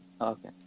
Okay